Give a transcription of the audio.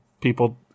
people